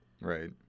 Right